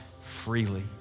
freely